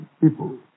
people